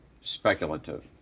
speculative